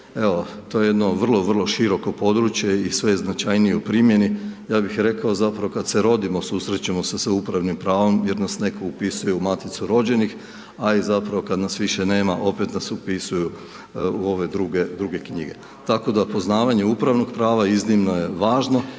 evo, to je jedno vrlo, vrlo široko područje i sve značajnije u primjeni. Ja bih rekao, zapravo, kad se rodimo, susrećemo se sa upravnim pravom jer nas netko upisuje u maticu rođenih, a i zapravo kad nas više nema, opet nas upisuju u ove druge knjige. Tako da poznavanje upravnog prava iznimno je važno